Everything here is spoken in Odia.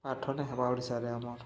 ପାଠରେ ହେବା ଓଡ଼ିଶାରେ ଆମର